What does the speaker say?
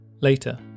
Later